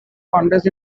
congress